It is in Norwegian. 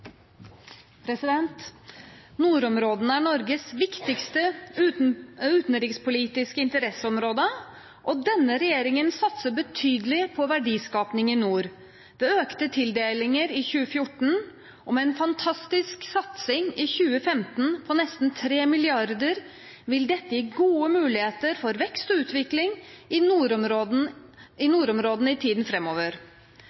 denne regjeringen satser betydelig på verdiskaping i nord. Økte tildelinger i 2014 og en fantastisk satsing i 2015, på nesten 3 mrd. kr, vil gi gode muligheter for vekst og utvikling i nordområdene i